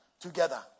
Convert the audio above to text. together